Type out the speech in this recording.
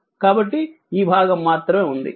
కాబట్టి ఈ భాగం మాత్రమే ఉంది